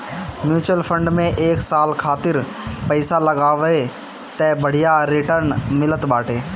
mutual fund में एक साल खातिर पईसा लगावअ तअ बढ़िया रिटर्न मिलत बाटे